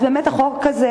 אז באמת החוק הזה,